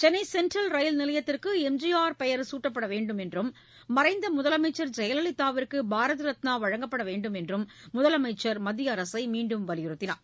Chennai central rail நிலையத்திற்கு எம்ஜிஆர் பெயர் சூட்ட வேண்டும் என்றும் மறைந்த முதலமைச்சர் ஜெயலலிதாவுக்கு பாரத ரத்னா வழங்கவேண்டும் என்றும் முதலமைச்சர் மத்திய அரசை மீண்டும் வலியுறுத்தினார்